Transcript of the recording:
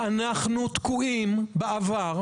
אנחנו תקועים בעבר,